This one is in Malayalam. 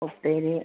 ഉപ്പേരി